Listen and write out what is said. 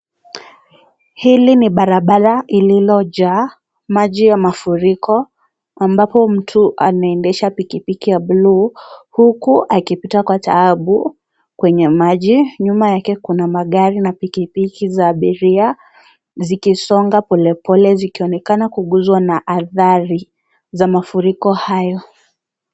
Hili ni barabara iliyojengwa iliyojaa maji ya mafuriko ambapo mtu anaendesha pikipiki ya bluu huku akipita Kwa taabijuunyake kuna magari na pikipiki za abiria zikisonga pole pole zikionekana kuguzwa na hatari za mafuriko hayo.